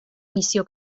missió